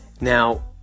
now